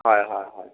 হয় হয় হয়